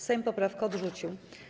Sejm poprawkę odrzucił.